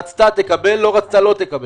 רצתה תקבל, לא רצתה לא תקבל.